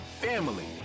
family